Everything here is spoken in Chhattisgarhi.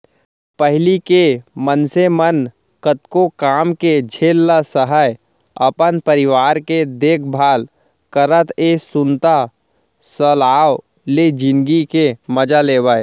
पहिली के मनसे मन कतको काम के झेल ल सहयँ, अपन परिवार के देखभाल करतए सुनता सलाव ले जिनगी के मजा लेवयँ